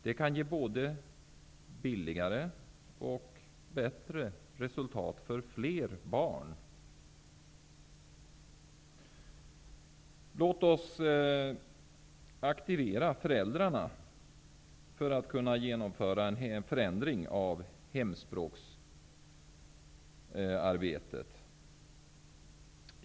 Det kan ge både billigare och bättre resultat för fler barn. Låt oss aktivera föräldrarna för att kunna genomföra en förändring av hemspråksarbetet.